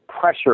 pressure